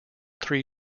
three